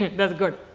that's good.